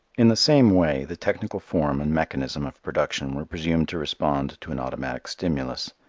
in the same way the technical form and mechanism of production were presumed to respond to an automatic stimulus.